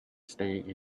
staying